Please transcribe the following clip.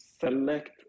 select